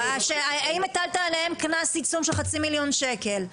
האם הטלת עליהם קנס עיצום של חצי מיליון שקל?